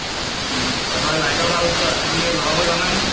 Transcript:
তাৰপা লাইটৰ বাল্ব তুমি লগাব জানা নহয়